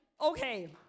Okay